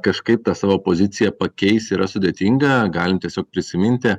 kažkaip tą savo poziciją pakeis yra sudėtinga galim tiesiog prisiminti